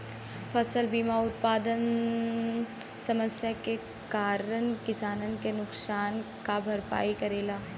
फसल बीमा उत्पादन समस्या के कारन किसानन के नुकसान क भरपाई करेला